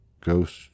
ghost